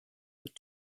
with